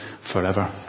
forever